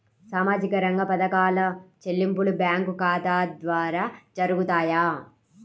సామాజిక రంగ పథకాల చెల్లింపులు బ్యాంకు ఖాతా ద్వార జరుగుతాయా?